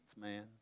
man